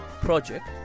project